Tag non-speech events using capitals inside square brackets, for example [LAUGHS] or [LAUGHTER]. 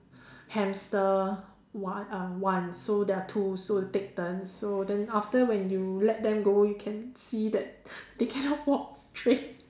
hamster one uh once so there are two so take turns so then after when you let them go you can see that they cannot walk straight [LAUGHS]